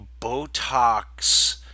botox